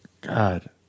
God